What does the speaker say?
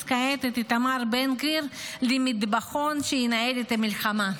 כעת את איתמר בן גביר ל"מטבחון" שינהל את המלחמה,